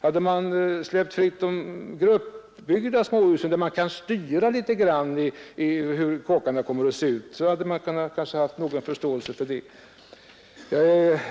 Att vilja släppa fritt småhusbebyggelse i grupp, där man något litet kan styra hur husen skall se ut, hade man kanske kunnat ha någon förståelse för.